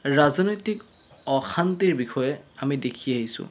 ৰাজনৈতিক অশান্তিৰ বিষয়ে আমি দেখি আহিছোঁ